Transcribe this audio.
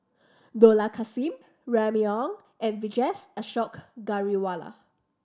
Dollah Kassim Remy Ong and Vijesh Ashok Ghariwala